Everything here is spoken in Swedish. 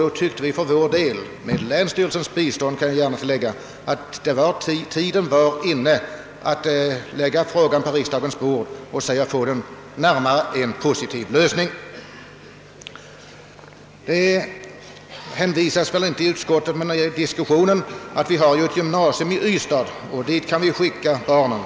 Så ligger frågan till, och vi har — med instämmande av länsstyrelsen — ansett tiden vara inne att lägga frågan på riksdagens bord och därmed söka föra den närmare en positiv lösning. I diskussionen har det hänvisats till att det finns ett gymnasium i Ystad och att vi kan skicka våra barn dit.